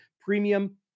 premium